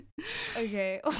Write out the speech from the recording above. okay